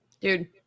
Dude